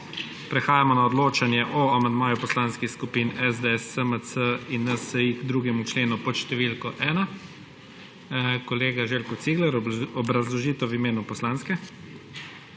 Prehajamo na odločanje o amandmaju poslanskih skupin SDS, SMC in NSi k 2. členu pod številko 1. Kolega Željko Cigler, obrazložitev v imenu poslanske